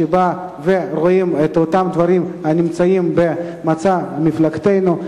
ורואים את אותם דברים הנמצאים במצע מפלגתנו.